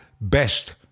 Best